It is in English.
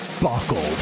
buckled